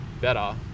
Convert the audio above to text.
better